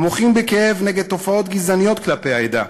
המוחים בכאב נגד תופעות גזעניות כלפי העדה,